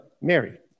Mary